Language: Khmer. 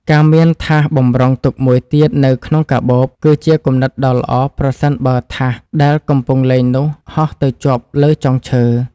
ការមានថាសបម្រុងទុកមួយទៀតនៅក្នុងកាបូប គឺជាគំនិតដ៏ល្អប្រសិនបើថាសដែលកំពុងលេងនោះហោះទៅជាប់លើចុងឈើ។